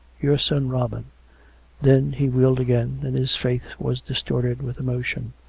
your son robin then he wheeled again and his face was distorted with emotion.